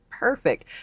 perfect